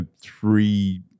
three